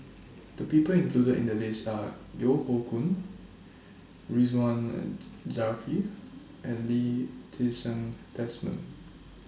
The People included in The list Are Yeo Hoe Koon Ridzwan Dzafir and Lee Ti Seng Desmond